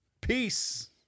peace